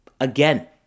again